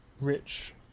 rich